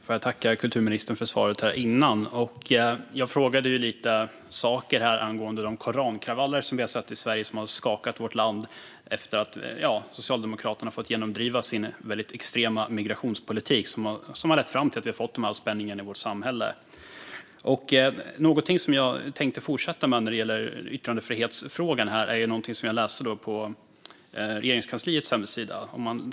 Fru talman! Jag får tacka kulturministern för svaret här tidigare. Jag frågade ju några saker angående de korankravaller som vi har sett i Sverige och som har skakat vårt land efter att Socialdemokraterna har fått genomdriva sin extrema migrationspolitik som har lett fram till att vi har fått de här spänningarna i vårt samhälle. Jag tänkte fortsätta med, när det gäller yttrandefrihetsfrågan, någonting som jag läste på Regeringskansliets hemsida.